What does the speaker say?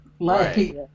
Right